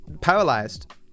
paralyzed